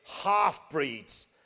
half-breeds